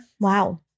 Wow